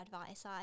advice